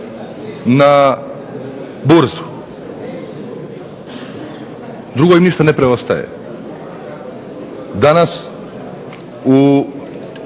na burzu. Drugo im ništa ne preostaje. Danas u